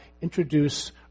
introduce